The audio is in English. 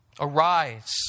Arise